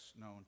known